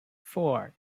four